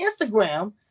Instagram